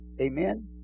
Amen